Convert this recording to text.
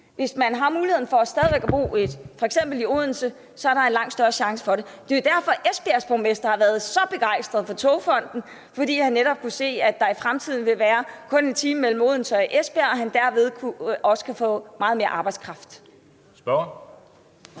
hvis folk har mulighed for stadig væk at bo i f.eks. Odense, er der langt større chancer for at få arbejdskraften. Det er derfor, Esbjergs borgmester er så begejstret for Togfonden DK; han kunne netop se, at der i fremtiden kun ville være 1 time mellem Odense og Esbjerg, og at han derved også kunne få meget mere arbejdskraft.